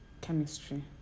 chemistry